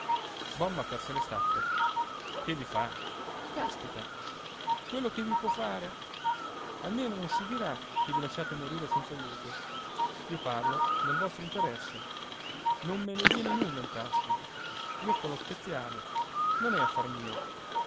bomma perse le staffe che vi fa caspita quello che vi può fare almeno non si dirà che vi lasciate morire senza aiuto io parlo nel vostro interesse non me ne viene nulla in tasca io fo lo speziale non è affar mio